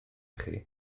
chi